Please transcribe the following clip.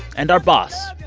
and our boss,